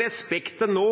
respekten er nå